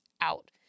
out